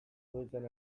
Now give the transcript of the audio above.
mugitzen